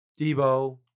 Debo